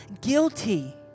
guilty